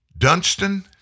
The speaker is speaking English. Dunstan